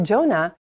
Jonah